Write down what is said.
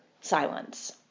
silence